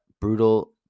Brutal